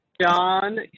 john